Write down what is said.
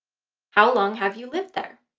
how long have you lived there?